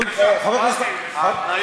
זו קריאה טרומית, זה חוק נכון.